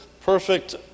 perfect